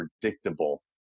predictable